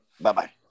Bye-bye